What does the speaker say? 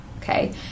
Okay